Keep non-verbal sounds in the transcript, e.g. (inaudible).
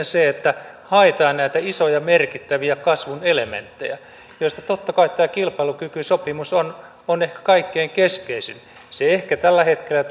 (unintelligible) se että haetaan näitä isoja merkittäviä kasvun elementtejä joista totta kai tämä kilpailukykysopimus on ehkä kaikkein keskeisin se ehkä tällä hetkellä ja (unintelligible)